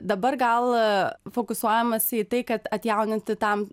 dabar gal fokusuojamasi į tai kad atjauninti tam